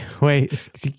wait